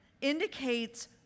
indicates